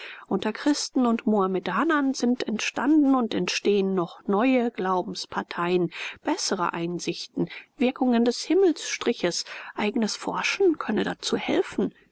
unter christen und mohamedanern sind entstanden und entstehen noch neue glaubensparteien bessere einsichten wirkungen des himmelsstriches eigenes forschen können dazu helfen